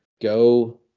Go